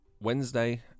Wednesday